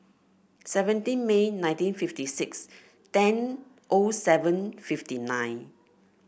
seventeen May nineteen fifty six ten O seven fifty nine